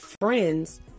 friends